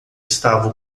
estava